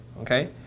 Okay